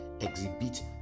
exhibit